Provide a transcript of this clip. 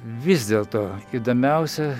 vis dėlto įdomiausia